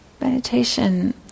Meditation